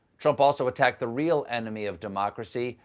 trump also attacked the real enemy of democracy,